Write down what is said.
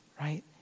right